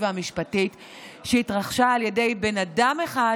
והמשפטית שהתרחשה על ידי בן אדם אחד